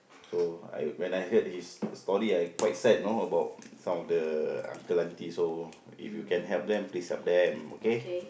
so I when I heard his story I quite sad you know about some of the uncle auntie also if you can help please help them okay